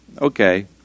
Okay